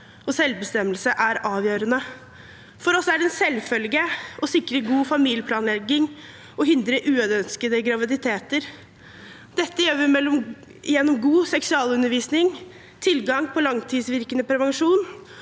og selvbestemmelse er avgjørende. For oss er det en selvfølge å sikre god familieplanlegging og å hindre uønskede graviditeter. Dette gjør vi gjennom god seksualundervisning, tilgang på langtidsvirkende prevensjon